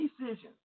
decisions